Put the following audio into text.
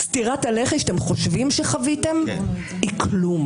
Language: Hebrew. סטירת הלחי שאתם חושבים שחוויתם היא כלום,